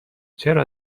چرا